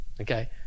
Okay